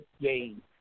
game